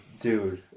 Dude